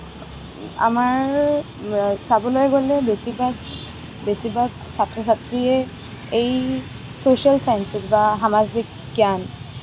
আমাৰ চাবলৈ গ'লে বেছিভাগ বেছিভাগ ছাত্ৰ ছাত্ৰীয়ে এই ছ'চিয়েল ছায়েঞ্চেছ বা সামাজিক জ্ঞান